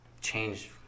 change